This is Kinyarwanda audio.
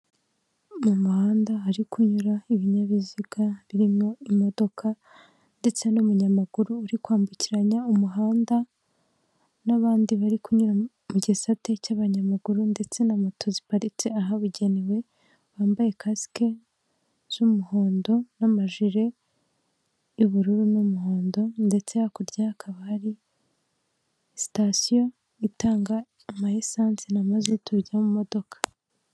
Mu muhanda hari kunyura ibinyabiziga birimo imodoka ndetse n'umunyamaguru uri kwambukiranya umuhanda, n'abandi kunyura mu gisate cy'abanyamaguru ndetse na moto ziparitse ahabugenewe bambaye kasike z'umuhondo n'amajire y'ubururu n'umuhondo ndetse hakurya hakaba hari sitasiyo itanga amalisanse n'amazutu bijya mu modoka.